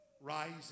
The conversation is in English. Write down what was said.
rising